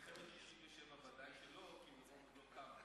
במלחמת 67' ודאי שלא, כי אל-רום עוד לא קמה.